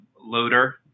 loader